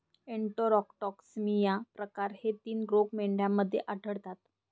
enterotoxaemia प्रकार हे तीन रोग मेंढ्यांमध्ये आढळतात